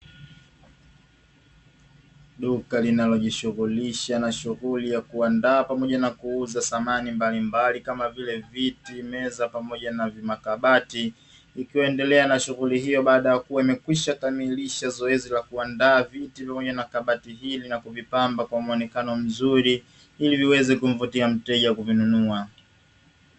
Duka linalojishughulisha na shughuli ya kuandaa pamoja na kuuza samani mbalimbali kama vile; viti, meza, pamoja na vimakabati, ikiendelea na shughuli hiyo baada ya kuwa imekwisha kamilisha zoezi la kuandaa viti pamoja na kabati hili na kuvipamba kwa muonekano mzuri ili viweze kumvutia mteja kuvinunua.